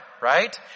Right